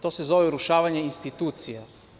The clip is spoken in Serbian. To se zove urušavanje institucija.